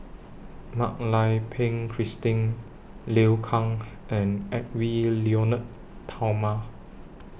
Mak Lai Peng Christine Liu Kang and Edwy Lyonet Talma